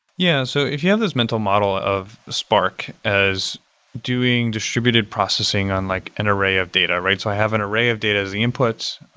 yeah. so if you have this mental model of spark as doing distributed processing on like an array of data. so i have an array of data as the inputs,